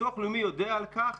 הביטוח הלאומי יודע על כך